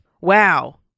Wow